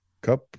Cup